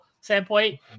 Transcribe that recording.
standpoint